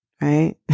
right